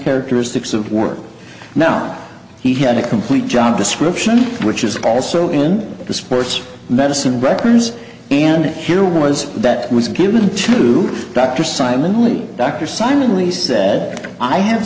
characteristics of work now he had a complete job description which is also in the sports medicine records and here was that was given to dr simon only dr simon lee said i have